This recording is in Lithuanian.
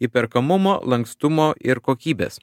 įperkamumo lankstumo ir kokybės